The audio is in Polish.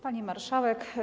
Pani Marszałek!